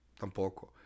Tampoco